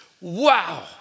Wow